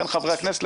בין חברי הכנסת,